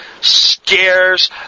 scares